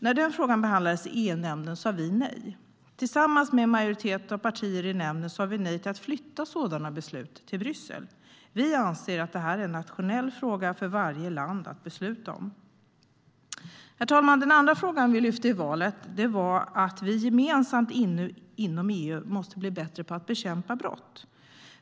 När den frågan behandlades i EU-nämnden sa vi nej. Tillsammans med en majoritet av partier i nämnden sa vi nej till att flytta sådana beslut till Bryssel. Vi anser att det är en nationell fråga för varje land att besluta om. Herr talman! Den andra frågan vi lyfte i samband med valet var att vi gemensamt inom EU måste bli bättre på att bekämpa brott.